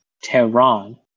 Tehran